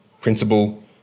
principle